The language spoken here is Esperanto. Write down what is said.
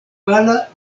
pala